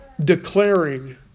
declaring